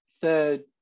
third